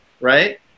right